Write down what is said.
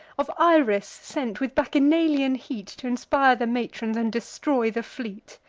of iris sent, with bacchanalian heat t' inspire the matrons, and destroy the fleet?